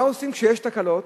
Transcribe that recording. מה עושים כשיש תקלות?